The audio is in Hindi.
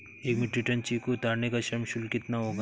एक मीट्रिक टन चीकू उतारने का श्रम शुल्क कितना होगा?